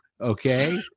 okay